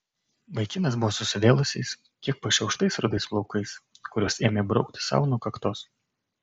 vaikinas buvo susivėlusiais kiek pašiauštais rudais plaukais kuriuos ėmė braukti sau nuo kaktos